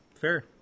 Fair